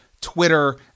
Twitter